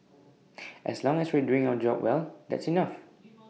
as long as we're doing our job well that's enough